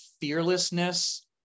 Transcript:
fearlessness